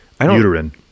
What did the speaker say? Uterine